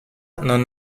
non